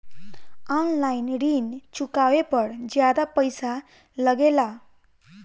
आन line ऋण चुकावे पर ज्यादा पईसा लगेला?